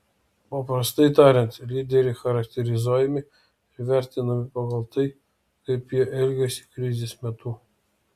paprastai tariant lyderiai charakterizuojami ir vertinami pagal tai kaip jie elgiasi krizės metu